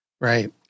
Right